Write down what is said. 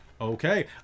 okay